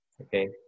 Okay